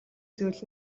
зүйл